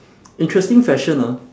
interesting fashion ah